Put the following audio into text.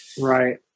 Right